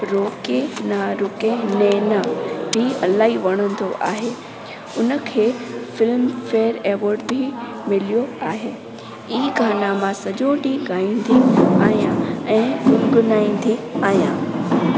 रोके न रूके नैना बि इलाही वणंदो आहे उनखे फिल्म फेयर अवॉर्ड बि मिलियो आहे हीअ गाना मां सॼो ॾींहुं गाईंदी आहियां ऐं गुनगुनाईंदी आहियां